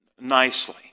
nicely